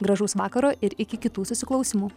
gražaus vakaro ir iki kitų susiklausymų